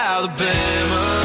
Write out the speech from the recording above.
Alabama